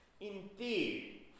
Indeed